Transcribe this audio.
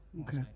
okay